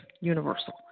Universal